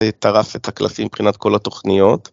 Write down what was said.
זה טרס את הקלפים מבחינת כל התוכניות.